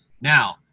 Now